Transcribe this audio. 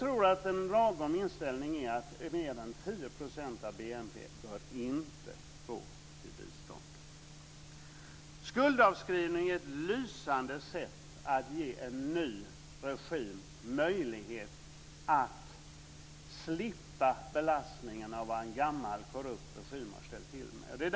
Mer än 10 % av BNP bör inte gå till bistånd; vi tror att det är en lagom inställning. Skuldavskrivning är ett lysande sätt att ge en ny regim möjlighet att slippa belastningen av vad en gammal korrupt regim har ställt till med.